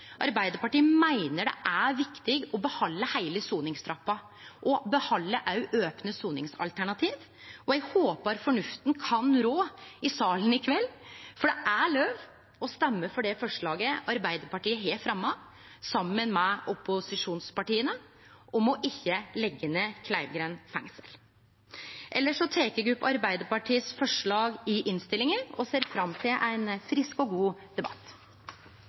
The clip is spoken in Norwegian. Arbeidarpartiet meiner det er viktig å behalde heile soningstrappa, òg opne soningsalternativ, og eg håpar fornufta kan rå i salen i kveld, for det er lov å stemme for det forslaget Arbeidarpartiet har fremja, saman med opposisjonspartia, om ikkje å leggje ned Kleivgrend fengsel. Elles tek eg opp dei forslaga Arbeidarpartiet står bak, åleine eller saman med andre, og ser fram til ein frisk og god debatt.